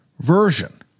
version